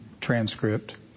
transcript